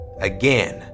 Again